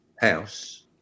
house